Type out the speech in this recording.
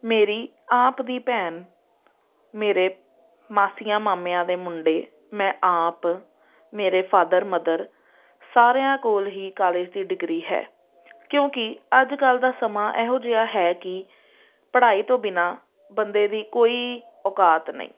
ਮੇਰੀ ਆਪਦੀ ਭੈਣ ਮੇਰੇ ਮਾਸੀਆਂ ਮਾਮਿਆਂ ਦੇ ਮੁੰਡੇ ਮੈਂ ਆਪ ਮੇਰੇ ਫਾਦਰ ਮਦਰ ਸਾਰਿਆਂ ਕੋਲ ਹੀ ਕਾਲਜ ਦੀ ਡਿਗਰੀ ਹੈ ਕਿਉਂਕਿ ਅੱਜ ਕੱਲ੍ਹ ਦਾ ਸਮਾਂ ਇਹੋ ਜਿਹਾ ਹੈ ਕਿ ਪੜ੍ਹਾਈ ਤੋਂ ਬਿਨਾਂ ਬੰਦੇ ਦੀ ਕੋਈ ਔਕਾਤ ਨਹੀਂ